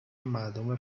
مردم